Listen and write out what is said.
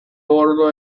bordo